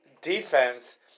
defense